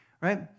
Right